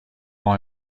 law